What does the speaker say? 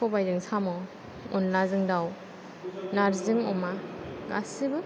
सबायजों साम' अनलाजों दाव नार्जिजों अमा गासैबो